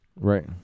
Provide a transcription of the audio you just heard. right